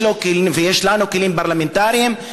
ויש לנו כלים פרלמנטריים,